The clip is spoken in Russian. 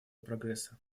прогресса